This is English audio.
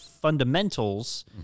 fundamentals